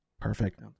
perfect